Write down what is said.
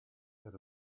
had